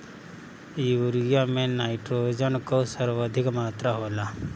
urea में nitrogen कअ सर्वाधिक मात्रा होला